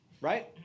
right